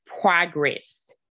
progress